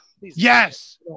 Yes